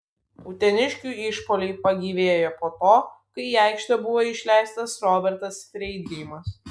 uteniškių išpuoliai pagyvėjo po to kai į aikštę buvo išleistas robertas freidgeimas